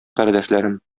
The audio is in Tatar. кардәшләрем